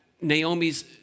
Naomi's